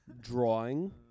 Drawing